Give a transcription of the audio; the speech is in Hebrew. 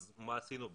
אז מה עשינו בזה?